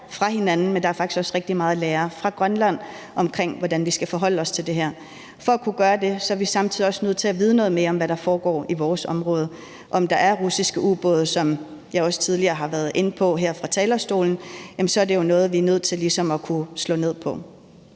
af hinanden, men der er faktisk også rigtig meget at lære fra Grønlands side om, hvordan vi skal forholde os til det her. For at kunne gøre det er vi samtidig også nødt til at vide noget mere om, hvad der foregår i vores område – om der er russiske ubåde, som jeg også tidligere har været inde på her fra talerstolen, for så er det jo noget, vi er nødt til ligesom at kunne slå ned på.